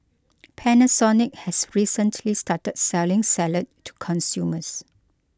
Panasonic has recently started selling salad to consumers